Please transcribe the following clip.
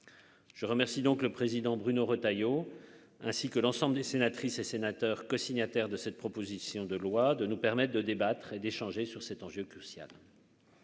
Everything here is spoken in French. Je remercie donc le président Bruno Retailleau, ainsi que l'ensemble des sénatrices et sénateurs, cosignataire de cette proposition de loi de nous permettre de débattre et d'échanger sur cet enjeu crucial.